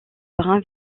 brun